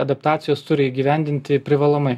adaptacijos turi įgyvendinti privalomai